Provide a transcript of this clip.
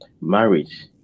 marriage